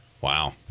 Wow